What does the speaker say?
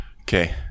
Okay